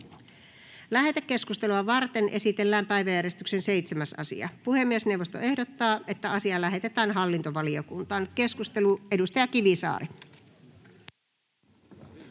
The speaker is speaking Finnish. Lähetekeskustelua varten esitellään päiväjärjestyksen 7. asia. Puhemiesneuvosto ehdottaa, että asia lähetetään hallintovaliokuntaan. — Edustaja Kivisaari.